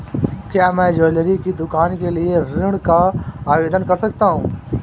क्या मैं ज्वैलरी की दुकान के लिए ऋण का आवेदन कर सकता हूँ?